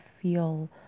feel